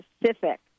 Pacific